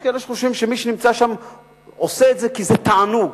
יש כאלה שחושבים שמי שנמצא שם עושה את זה כי זה תענוג.